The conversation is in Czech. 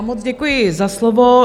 Moc děkuji za slovo.